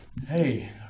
hey